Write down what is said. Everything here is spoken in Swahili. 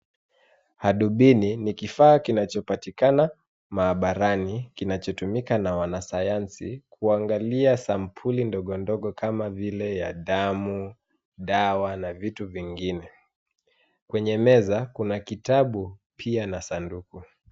Hadhubini ni kifaa kinachopatikana maabarani kinachotumika na wanasayansi kuangalia sampuli ndogo ndogo kama vile ya damu, dawa na vitu vingine. Kwenye meza kuna kitabu pia na sanduku.